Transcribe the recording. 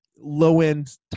Low-end